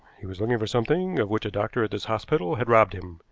he was looking for something of which a doctor at this hospital had robbed him,